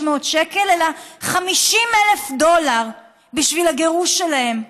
שקל אלא 50,000 דולר בשביל הגירוש שלהם,